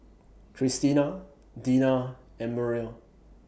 Cristina Deena and Muriel